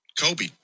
Kobe